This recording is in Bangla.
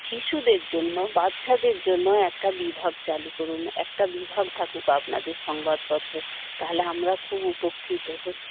শিশুদের জন্য বাচ্চাদের জন্য একটা বিভাগ চালু করুন একটা বিভাগ থাকুক আপনাদের সংবাদপত্রে তাহলে আমরা খুব উপকৃত হই